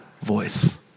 voice